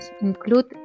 include